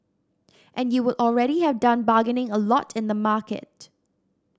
and you would already have done bargaining a lot in the market